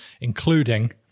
including